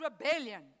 rebellion